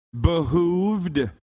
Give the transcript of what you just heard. behooved